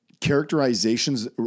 characterizations